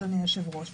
אדוני היושב-ראש,